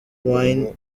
wine